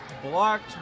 Blocked